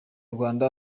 rwanda